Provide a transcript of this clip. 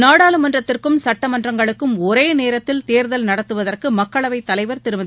நாடாளுமன்றத்திற்கும் சட்டமன்றங்களுக்கும் ஒரேநேரத்தில் தேர்தல் நடத்துவதற்குமக்களவைத் தலைவர் திருமதி